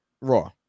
Raw